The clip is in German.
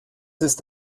ist